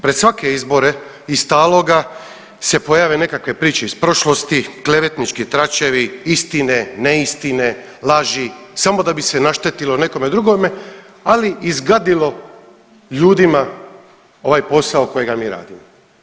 Pred svake izbore iz taloga se pojave nekakve priče iz prošlosti, klevetnički tračevi, istine, neistine, laži samo da bi se naštetilo nekome drugome, ali i zgadilo ljudima ovaj posao kojega mi radimo.